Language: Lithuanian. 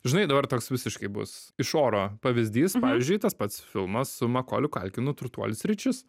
žinai dabar toks visiškai bus iš oro pavyzdys pavyzdžiui tas pats filmas su makoliu kaltinu turtuolis ričis